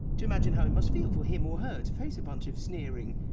to imagine how it must feel for him or her to face a bunch of sneering,